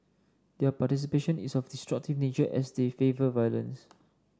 their participation is of destructive nature as they favour violence